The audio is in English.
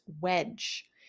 Wedge